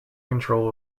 control